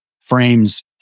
frames